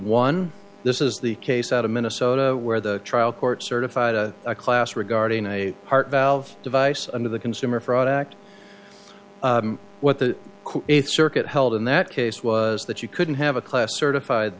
one this is the case out of minnesota where the trial court certified a class regarding a heart valve device under the consumer fraud act what the eighth circuit held in that case was that you couldn't have a class certified